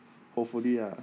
hopefully ah